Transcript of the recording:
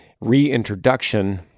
reintroduction